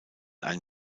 ein